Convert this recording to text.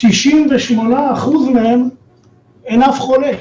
ב-98% מהם אין אף חולה.